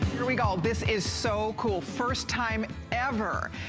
this is so cool! first time ever,